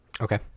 okay